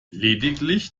lediglich